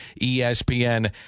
ESPN